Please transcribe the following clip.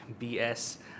BS